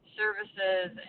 services